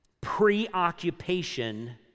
preoccupation